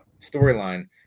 storyline